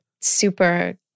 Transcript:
super